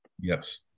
Yes